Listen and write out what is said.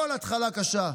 כל התחלה קשה.